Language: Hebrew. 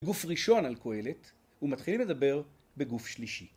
גוף ראשון על כהלת ומתחילים לדבר בגוף שלישי.